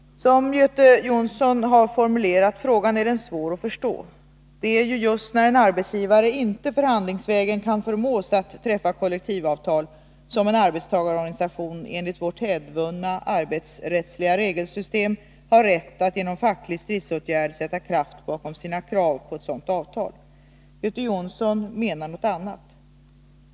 Som Göte Jonsson har formulerat frågan är den svår att förstå. Det är ju just när en arbetsgivare inte förhandlingsvägen kan förmås att träffa kollektivavtal som en arbetstagarorganisation enligt vårt hävdvunna arbetsrättsliga regelsystem har rätt att genom fackliga stridsåtgärder sätta kraft bakom sitt krav på ett sådant avtal. Göte Jonsson menar något annat.